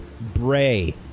bray